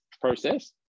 process